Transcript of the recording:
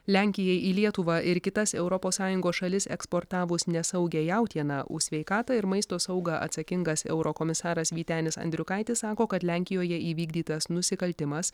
lenkijai į lietuvą ir kitas europos sąjungos šalis eksportavus nesaugią jautieną už sveikatą ir maisto saugą atsakingas eurokomisaras vytenis andriukaitis sako kad lenkijoje įvykdytas nusikaltimas